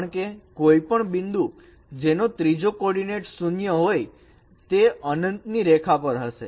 કારણકે કોઈપણ બિંદુ જેનો ત્રીજો કોર્ડીનેટ 0 હોય તે અનંત ની રેખા પર હશે